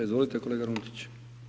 Izvolite, kolega Runtić.